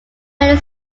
many